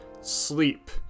sleep